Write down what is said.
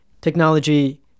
technology